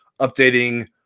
updating